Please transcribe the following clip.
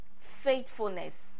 faithfulness